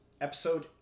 episode